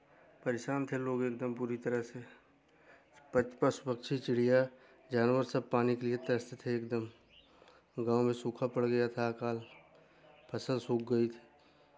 परेशान थे लोग एक दम बुरी तरह से पक्ष पक्ष पशु चिड़िया जानवर सब पाने के लिए तरस थे एक दम गाँव में सुख पड़ गया था अकाल फसल सूख गई थी